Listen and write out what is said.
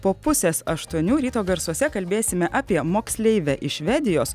po pusės aštuonių ryto garsuose kalbėsime apie moksleivę iš švedijos